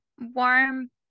warm